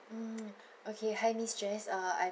mm okay hi miss jess err I'm